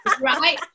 Right